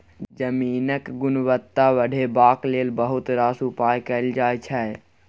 जमीनक गुणवत्ता बढ़ेबाक लेल बहुत रास उपाय कएल जाइ छै